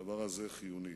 הדבר הזה החיוני.